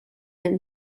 and